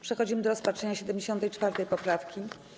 Przechodzimy do rozpatrzenia 74. poprawki.